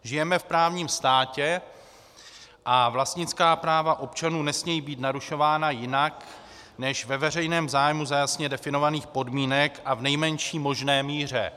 Žijeme v právním státě a vlastnická práva občanů nesmějí být narušována jinak než ve veřejném zájmu za jasně definovaných podmínek a v nejmenší možné míře.